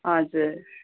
हजुर